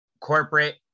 corporate